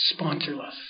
Sponsorless